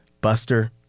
Buster